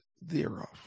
thereof